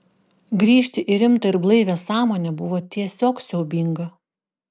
grįžti į rimtą ir blaivią sąmonę buvo tiesiog siaubinga